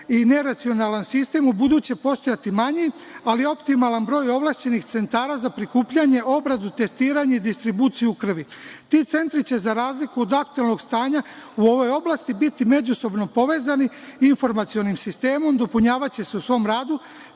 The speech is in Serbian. i neracionalan sistem, ubuduće postojati manji, ali optimalan broj ovlašćenih centara za prikupljanje, obradu, testiranje i distribuciju krvi. Ti centri će, za razliku od aktuelnog stanja u ovoj oblasti, biti međusobno povezani informacionim sistemom, dopunjavaće se u svom radu,